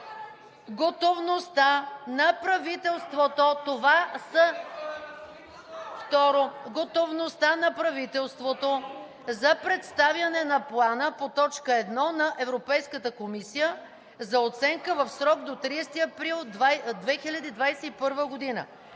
Готовността на правителството за представяне на Плана по т. 1 на Европейската комисия за оценка в срок до 30 април 2021 г.“